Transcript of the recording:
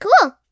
Cool